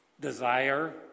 desire